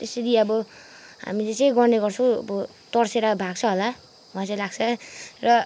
त्यसरी अब हामीले चाहिँ गर्ने गर्छौँ अब तर्सिएर भाग्छ होला मलाई चाहिँ लाग्छ र